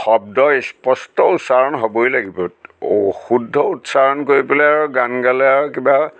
শব্দ স্পষ্ট উচ্চাৰণ হ'বই লাগিব অশুদ্ধ উচ্চাৰণ কৰি পেলাই আৰু গান গালে আৰু কিবা